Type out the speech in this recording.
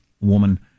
woman